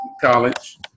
college